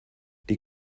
die